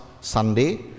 Sunday